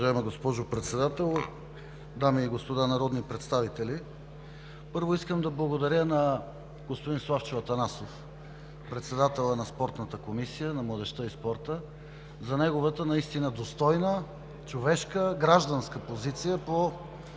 Уважаема госпожо Председател, дами и господа народни представители! Първо, искам да благодаря на господин Славчо Атанасов, председателят на Комисията по въпросите на децата, младежка и спорта за неговата наистина достойна, човешка и гражданска позиция по